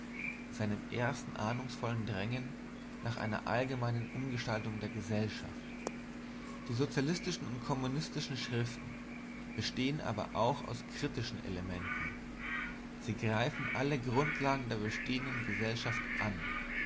seinem ersten ahnungsvollen drängen nach einer allgemeinen umgestaltung der gesellschaft die sozialistischen und kommunistischen schriften bestehen aber auch aus kritischen elementen sie greifen alle grundlagen der bestehenden gesellschaft an